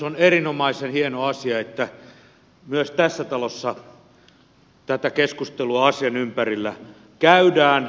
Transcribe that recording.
on erinomaisen hieno asia että myös tässä talossa tätä keskustelua asian ympärillä käydään